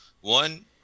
One